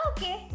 Okay